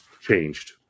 changed